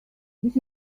this